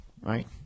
right